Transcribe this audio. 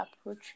approach